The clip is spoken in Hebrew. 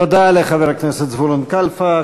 תודה לחבר הכנסת זבולון קלפה.